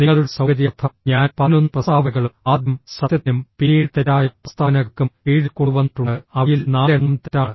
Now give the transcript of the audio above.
നിങ്ങളുടെ സൌകര്യാർത്ഥം ഞാൻ 11 പ്രസ്താവനകളും ആദ്യം സത്യത്തിനും പിന്നീട് തെറ്റായ പ്രസ്താവനകൾക്കും കീഴിൽ കൊണ്ടുവന്നിട്ടുണ്ട് അവയിൽ 4 എണ്ണം തെറ്റാണ്